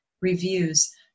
reviews